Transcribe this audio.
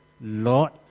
Lord